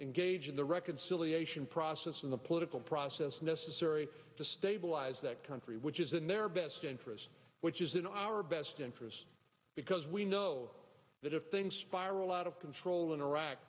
engage in the reconciliation process in the political process necessary to stabilize that country which is in their best interest which is in our best interest because we know that if things spiral out of control in iraq